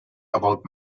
about